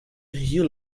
you